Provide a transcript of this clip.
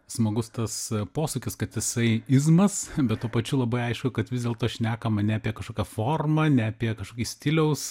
smagus tas posakis kad jisai izmas bet tuo pačiu labai aišku kad vis dėlto šnekama ne apie kažkokią formą ne apie kažkokį stiliaus